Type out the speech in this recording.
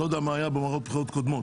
אני לא יודע מה היה במערכות בחירות קודמות